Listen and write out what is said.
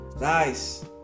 Nice